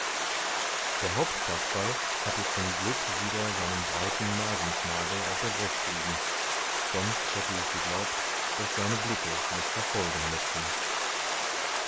der hauptkasperl hatte zum glück wieder seinen breiten nasenschnabel auf der brust liegen sonst hätte ich geglaubt daß seine blicke mich verfolgen müßten